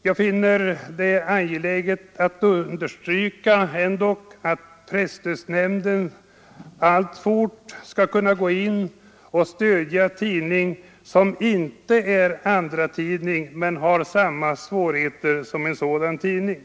Jag finner det dock angeläget understryka att presstödsnämnden alltfort skall kunna gå in och stödja tidning som inte är andratidning men har samma svårigheter som en sådan tidning.